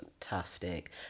fantastic